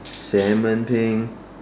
Salmon pink